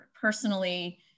personally